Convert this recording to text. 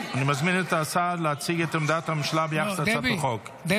אני מזמין את השר להציג את עמדת הממשלה ביחס להצעת החוק.